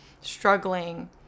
struggling